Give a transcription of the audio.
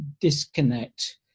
disconnect